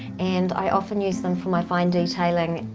and i often use them for my fine detailing,